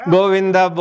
Govinda